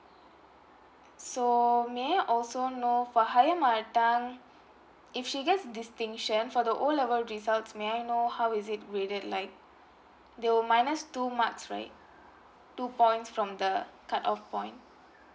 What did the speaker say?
so may I also know for higher mother tongue if she gets distinction for the 'O' level results may I know how is it really like they will minus two marks right two points from the cut off point